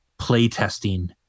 playtesting